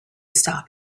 stop